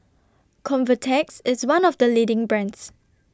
Convatec's IS one of The leading brands